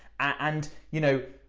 and, you know,